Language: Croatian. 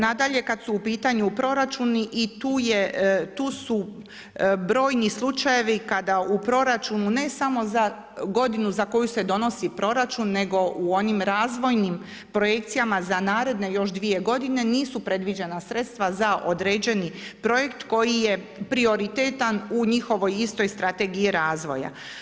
Nadalje kad su u pitanju proračuni i tu su brojni slučajevi kada u proračunu ne samo za godinu za koju se donosi proračun, nego u onim razvojnim projekcijama za naredne još dvije godine nisu predviđena sredstva za određeni projekt koji je prioritetan u njihovoj istoj Strategiji razvoja.